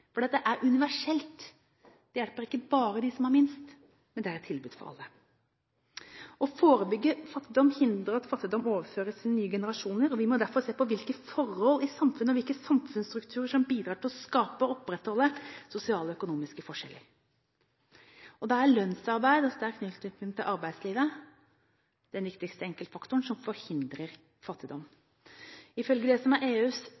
viktig fordi det er universelt. Det hjelper ikke bare dem som har minst, men det er et tilbud for alle. Det å forebygge fattigdom hindrer at fattigdom overføres til nye generasjoner. Vi må derfor se på hvilke forhold i samfunnet, hvilke samfunnsstrukturer, som bidrar til å skape og opprettholde sosiale og økonomiske forskjeller, og da er lønnsarbeid og sterk tilknytning til arbeidslivet den viktigste enkeltfaktoren som forhindrer fattigdom. Ifølge EUs